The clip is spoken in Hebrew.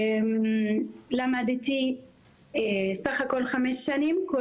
למדתי סך הכל חמש שנים,